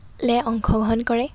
লে অংশগ্ৰহণ কৰে